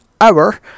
hour